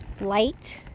light